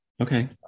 Okay